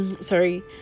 Sorry